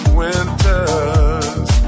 winters